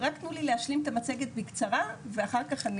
רק תנו לי להשלים את המצגת בקצרה ואחר כך.